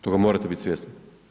Toga morate biti svjesni.